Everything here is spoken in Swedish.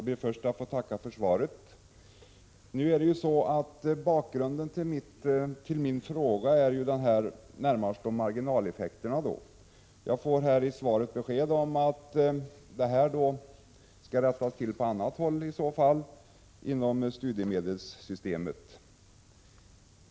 Herr talman! Jag ber först att få tacka för svaret. Bakgrunden till min fråga är närmast marginaleffekterna. Jag får i svaret besked om att problemen skall rättas till på annat håll inom studiemedelssystemet.